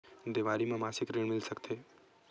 देवारी म मासिक ऋण मिल सकत हे?